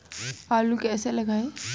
आलू कैसे लगाएँ?